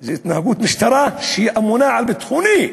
זו התנהגות משטרה שאמונה על ביטחוני?